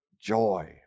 joy